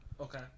Okay